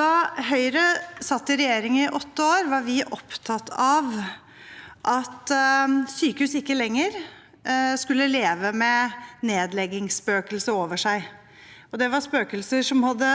Da Høyre satt i regjering i åtte år, var vi opptatt av at sykehus ikke lenger skulle leve med nedleggingsspøkelset over seg. Det var spøkelser som hadde